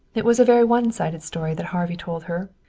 it was a very one-sided story that harvey told her,